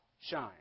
shine